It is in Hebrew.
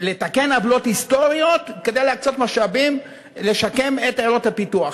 לתקן עוולות היסטוריות ולהקצות משאבים כדי לשקם את עיירות הפיתוח.